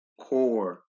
core